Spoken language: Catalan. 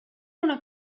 una